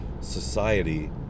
society